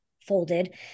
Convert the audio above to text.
folded